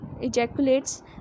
ejaculates